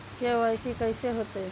KYC कैसे होतई?